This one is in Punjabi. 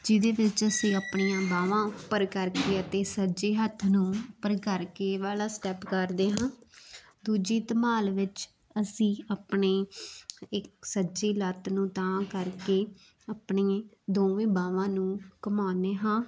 ਜਿਹਦੇ ਵਿੱਚ ਅਸੀਂ ਆਪਣੀਆਂ ਬਾਵਾਂ ਉੱਪਰ ਕਰਕੇ ਅਤੇ ਸੱਜੇ ਹੱਥ ਨੂੰ ਉੱਪਰ ਕਰਕੇ ਇਹ ਵਾਲਾ ਸਟੈਪ ਕਰਦੇ ਹਾਂ ਦੂਜੀ ਧਮਾਲ ਵਿੱਚ ਅਸੀਂ ਆਪਣੇ ਇਕ ਸੱਜੀ ਲੱਤ ਨੂੰ ਤਾਂਹ ਕਰਕੇ ਆਪਣੀ ਦੋਵੇਂ ਬਾਹਵਾਂ ਨੂੰ ਘੁਮਾਉਣੇ ਹਾਂ